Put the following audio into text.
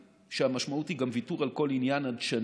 כי המשמעות היא גם ויתור על כל עניין הדשנים,